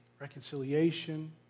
reconciliation